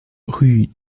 rue